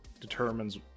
determines